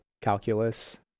calculus